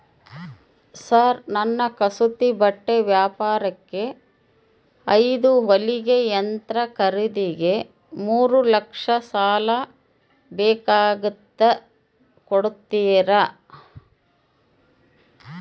Sir ನನ್ನ ಕಸೂತಿ ಬಟ್ಟೆ ವ್ಯಾಪಾರಕ್ಕೆ ಐದು ಹೊಲಿಗೆ ಯಂತ್ರ ಖರೇದಿಗೆ ಮೂರು ಲಕ್ಷ ಸಾಲ ಬೇಕಾಗ್ಯದ ಕೊಡುತ್ತೇರಾ?